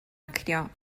actio